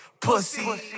pussy